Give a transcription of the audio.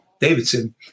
Davidson